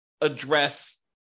address